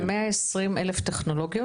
מה-120,000 טכנולוגיות.